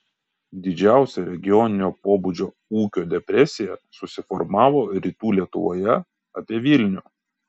didžiausia regioninio pobūdžio ūkio depresija susiformavo rytų lietuvoje apie vilnių